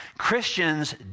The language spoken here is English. Christians